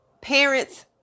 Parents